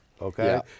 Okay